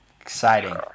Exciting